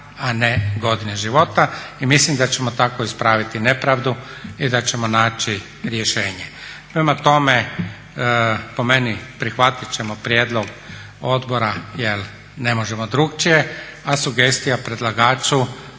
a ne godine života i mislim da ćemo tako ispraviti nepravdu i da ćemo naći rješenje. Prema tome, po meni prihvatit ćemo prijedlog odbora jel ne možemo drukčije a sugestija predlagaču da